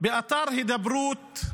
באתר "הידברות",